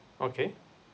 okay